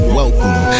welcome